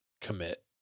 commit